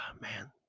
Man